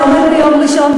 זה עומד ביום ראשון,